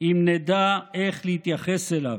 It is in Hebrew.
אם נדע איך להתייחס אליו.